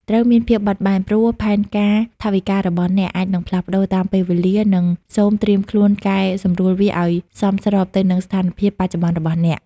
ត្រូវមានភាពបត់បែន ព្រោះផែនការថវិការបស់អ្នកអាចនឹងផ្លាស់ប្តូរតាមពេលវេលា និងសូមត្រៀមខ្លួនកែសម្រួលវាឱ្យសមស្របទៅនឹងស្ថានភាពបច្ចុប្បន្នរបស់អ្នក។